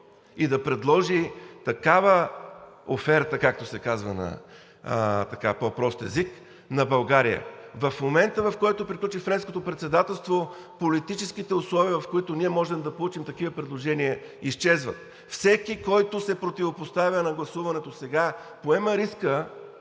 и да предложи такава оферта, както се казва на по-прост език, на България. В момента, в който приключи Френското председателство, политическите условия, в които ние можем да получим такива предложения, изчезват. Всеки, който се противопоставя на гласуването сега, поема риска